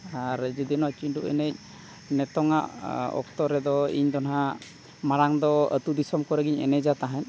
ᱟᱨ ᱡᱩᱫᱤ ᱱᱚᱣᱟ ᱪᱤᱸᱰᱩ ᱮᱱᱮᱡ ᱱᱤᱛᱚᱜᱼᱟᱜ ᱚᱠᱛᱚ ᱨᱮᱫᱚ ᱤᱧᱫᱚ ᱱᱟᱜ ᱢᱟᱲᱟᱝ ᱫᱚ ᱟᱹᱛᱩ ᱫᱤᱥᱚᱢ ᱠᱚᱨᱮᱜᱮ ᱦᱟᱸᱜ ᱮᱱᱮᱡᱮᱫ ᱛᱟᱦᱮᱸᱫ